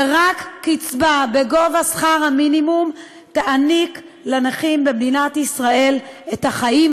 ורק קצבה בגובה שכר המינימום תעניק לנכים במדינת ישראל את החיים